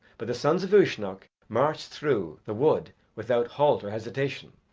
but the sons of uisnech marched through the wood without halt or hesitation,